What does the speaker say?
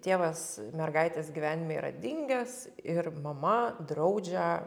tėvas mergaitės gyvenime yra dingęs ir mama draudžia